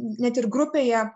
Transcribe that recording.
net ir grupėje